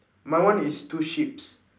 my one is two sheeps